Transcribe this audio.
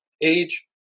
Age